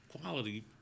quality